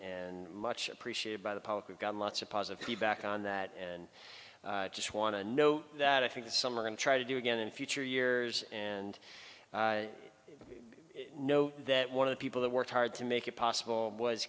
and much appreciated by the public we've got lots of positive feedback on that and just want to know that i think this summer and try to do again in future years and i i know that one of the people that worked hard to make it possible was